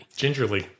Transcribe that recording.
gingerly